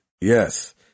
Yes